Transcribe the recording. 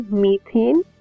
methane